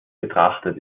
betrachtet